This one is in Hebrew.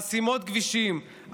חסימות כבישים,